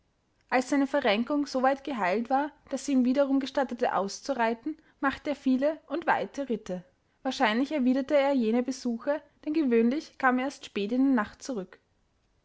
als seine verrenkung soweit geheilt war daß sie ihm wiederum gestattete auszureiten machte er viele und weite ritte wahrscheinlich erwiderte er jene besuche denn gewöhnlich kam er erst spät in der nacht zurück